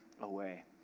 away